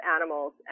animals